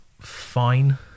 fine